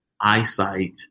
eyesight